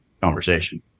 conversation